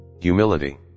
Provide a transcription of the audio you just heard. humility